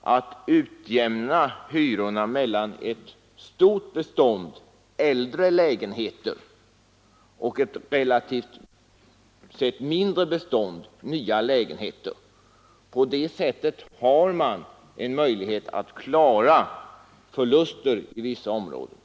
att utjämna hyrorna mellan ett stort bestånd äldre lägenheter och ett relativt sett mindre bestånd nya lägenheter. På det sättet kan man klara förluster i vissa områden.